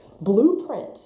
blueprint